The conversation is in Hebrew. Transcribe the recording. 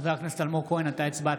חבר הכנסת אלמוג כהן, אתה הצבעת.